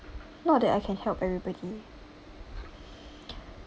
not that I can help everybody